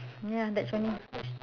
ya that's one